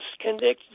convicted